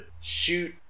shoot